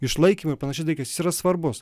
išlaikymu ir panašiais dalykais jis yra svarbus